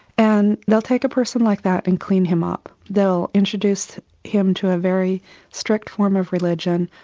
and they'll take a person like that and clean him up, they'll introduce him to a very strict form of religion,